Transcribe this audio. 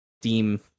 steam